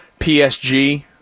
PSG